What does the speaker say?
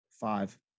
Five